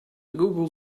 google